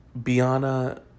Biana